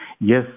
Yes